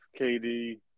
KD